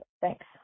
Thanks